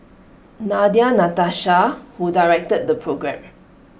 Nadia Natasha who directed the programme